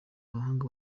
abahanga